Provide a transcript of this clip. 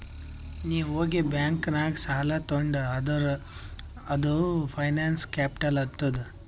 ನೀ ಹೋಗಿ ಬ್ಯಾಂಕ್ ನಾಗ್ ಸಾಲ ತೊಂಡಿ ಅಂದುರ್ ಅದು ಫೈನಾನ್ಸ್ ಕಾನ್ಸೆಪ್ಟ್ ಆತ್ತುದ್